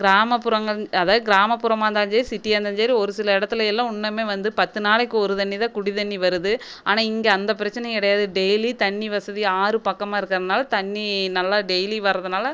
கிராமப்புறங்கள் அதாவது கிராமப்புறமாக இருந்தாலும் சரி சிட்டியாக இருந்தாலும் சரி ஒரு சில இடத்துல எல்லாம் ஒன்னுமே வந்து பத்து நாளைக்கு ஒரு தண்ணி தான் குடித்தண்ணி வருது ஆனால் இங்கே அந்த பிரச்சனை கிடையாது டெய்லி தண்ணி வசதி ஆறு பக்கமாக இருக்கிறனால தண்ணி நல்லா டெய்லி வர்றதனால